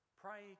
Pray